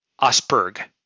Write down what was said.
Osberg